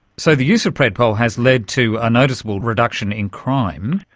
so the use of predpol has led to a noticeable reduction in crime.